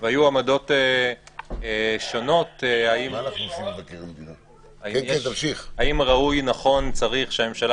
והיו עמדות שונות האם ראוי או נכון או צריך שהממשלה